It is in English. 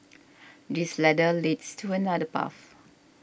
this ladder leads to another path